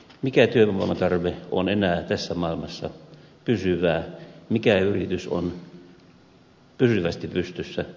mikä työvoimatarve on enää tässä maailmassa pysyvää mikä yritys on pysyvästi pystyssä